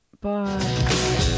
Bye